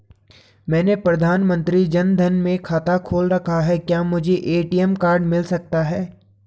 मैंने प्रधानमंत्री जन धन में खाता खोल रखा है क्या मुझे ए.टी.एम कार्ड मिल सकता है?